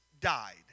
died